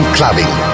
clubbing